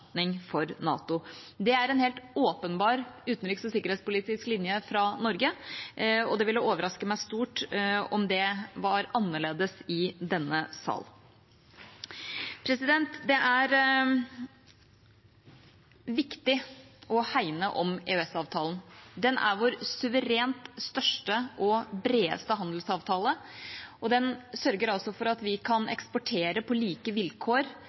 for NATO. Det er en helt åpenbar utenriks- og sikkerhetspolitisk linje fra Norge. Og det ville overraske meg stort om det var annerledes i denne sal. Det er viktig å hegne om EØS-avtalen. Den er vår suverent største og bredeste handelsavtale, og den sørger for at vi kan eksportere på like vilkår